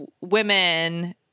women